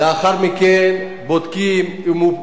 לאחר מכן בודקים אם הוא פליט,